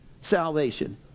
salvation